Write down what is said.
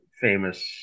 famous